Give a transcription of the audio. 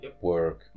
work